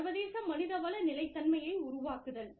சர்வதேச மனிதவள நிலைத்தன்மையை உருவாக்குதல்